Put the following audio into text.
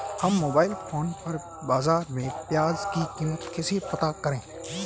हम mobile phone पर बाज़ार में प्याज़ की कीमत कैसे पता करें?